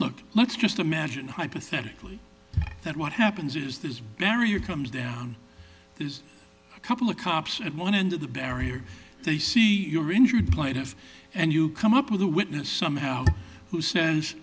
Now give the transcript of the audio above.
look let's just imagine hypothetically that what happens is this barrier comes down there's a couple of cops at one end of the barrier they see your injured plaintiff and you come up with a witness somehow who says